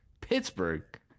Pittsburgh